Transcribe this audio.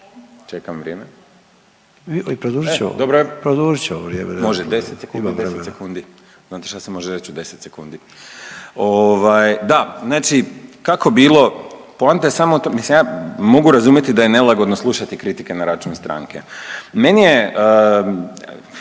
ćemo vrijeme./… Dobro je. Može 10 sekundi. Znate šta se može reći u 10 sekundi? Da, znači kako bilo. Poanta je samo, mislim ja mogu razumjeti da je nelagodno slušati kritike na račun stranke. Meni je